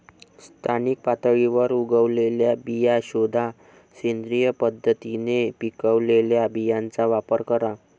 स्थानिक पातळीवर उगवलेल्या बिया शोधा, सेंद्रिय पद्धतीने पिकवलेल्या बियांचा वापर करा